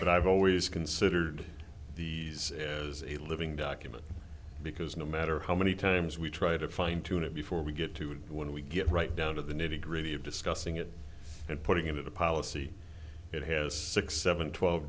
but i've always considered these as a living document because no matter how many times we try to fine tune it before we get to it when we get right down to the nitty gritty of discussing it and putting it into policy it has six seven twelve